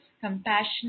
compassionate